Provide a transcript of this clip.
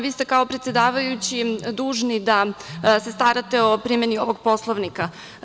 Vi ste kao predsedavajući dužni da se starate o primeni ovog Poslovnika.